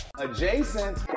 Adjacent